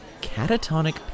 Catatonic